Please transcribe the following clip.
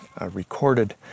recorded